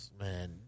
Man